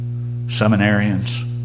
seminarians